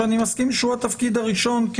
שאני מסכים שהוא התפקיד הראשון,